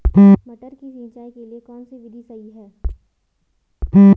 मटर की सिंचाई के लिए कौन सी विधि सही है?